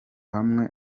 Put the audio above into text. hamwe